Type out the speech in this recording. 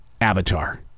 Avatar